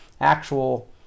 actual